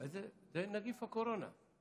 זה נגיף הקורונה.